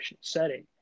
setting